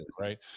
Right